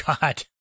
God